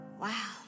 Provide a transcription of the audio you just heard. Wow